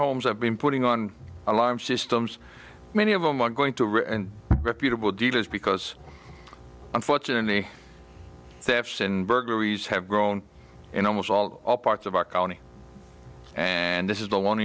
homes have been putting on alarm systems many of them are going to reputable dealers because unfortunately thefts and burglaries have grown in almost all parts of our county and this is the one